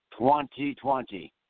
2020